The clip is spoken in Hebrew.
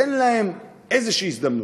תן להם איזושהי הזדמנות.